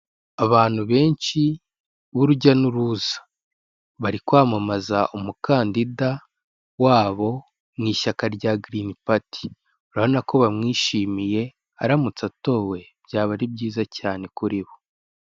Abantu benshi b'urujya n'uruza, bari kwamamaza umukandida wabo mu ishyaka rya girini pati, urabona ko bamwishimiye aramutse atowe byaba ari byiza cyane kuri bo.